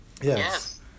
Yes